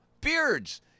beards